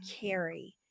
carry